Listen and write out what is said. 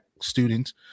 students